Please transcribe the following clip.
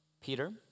Peter